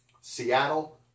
Seattle